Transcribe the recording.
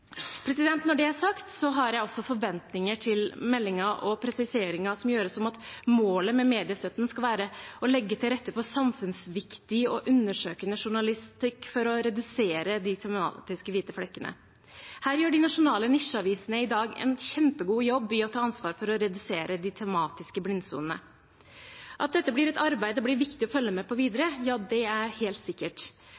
Når det er sagt, har jeg også forventninger til meldingen og presiseringen som gjøres om at målet med mediestøtten skal være å legge til rette for samfunnsviktig og undersøkende journalistikk for å redusere de tematiske hvite flekkene. Her gjør de nasjonale nisjeavisene i dag en kjempegod jobb i å ta ansvar for å redusere de tematiske blindsonene. At dette blir et arbeid det blir viktig å følge med på videre,